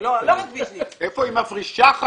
תשאל איפה היא מפרישה חלה.